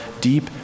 deep